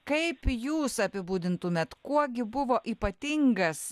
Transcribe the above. kaip jūs apibūdintumėt kuo gi buvo ypatingas